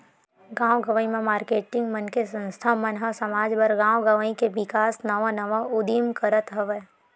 गाँव गंवई म मारकेटिंग मन के संस्था मन ह समाज बर, गाँव गवई के बिकास नवा नवा उदीम करत हवय